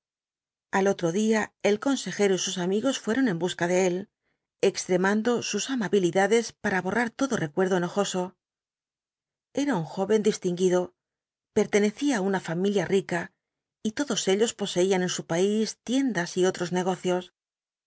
al otro día el consejero y sus amigos fueron en busca de él extremando los cuatro jinbtes del apocalipsis sus amabilidades para borrar todo recuerdo enojoso era un joven distinguido pertenecía á una familia rica y todos ellos poseían en su país tiendas y otros negocios